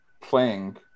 playing